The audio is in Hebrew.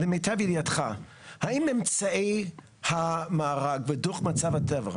למיטב ידיעתך האם אמצעי המארג ודוח מצב הטבע,